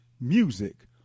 music